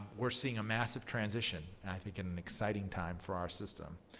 we're seeing a massive transition, and i think an exciting time for our system.